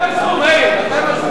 מתי משכו, מאיר?